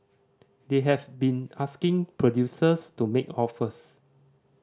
they have been asking producers to make offers